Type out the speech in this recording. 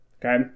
Okay